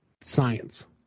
Science